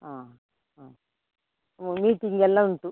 ಹಾಂ ಹಾಂ ಮೀಟಿಂಗ್ ಎಲ್ಲ ಉಂಟು